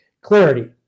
clarity